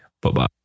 Bye-bye